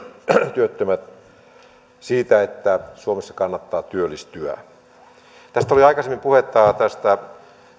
työttömät saavat uskoa siihen että suomessa kannattaa työllistyä aikaisemmin oli puhetta tästä